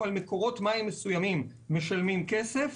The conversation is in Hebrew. על מקורות מים מסוימים משלמים כסף,